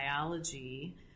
biology